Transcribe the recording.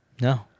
No